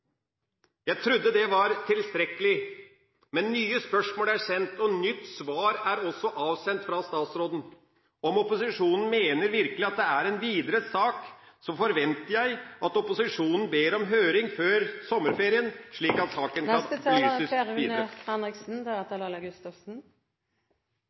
Jeg trodde det var tilstrekkelig, men nye spørsmål er sendt, og nytt svar er også avsendt fra statsråden. Om opposisjonen virkelig mener at dette er en videre sak, forventer jeg at opposisjonen ber om høring før sommerferien, slik at saken